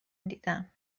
دیدم